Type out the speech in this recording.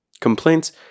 Complaints